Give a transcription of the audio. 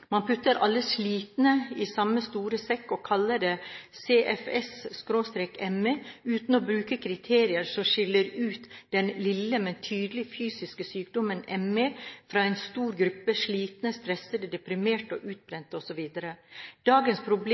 Man putter alle «slitne» i samme store sekk og kaller det for CFS/ME uten å bruke kriterier som skiller ut den lille men tydelige fysiske sykdommen ME fra en stor gruppe «slitne, stressede, deprimerte, utbrente osv» Dagens problem,